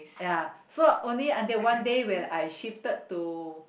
ya so only until one day when I shifted to